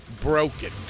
broken